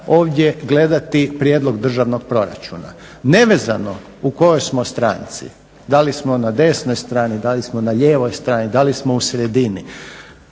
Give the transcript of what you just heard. ovdje gledati prijedlog Državnog proračuna. Nevezano u kojoj smo stranci, da li smo na desnoj strani, da li smo na lijevoj strani, da li smo u sredini